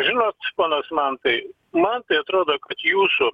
žinot ponas mantai man tai atrodo kad jūsų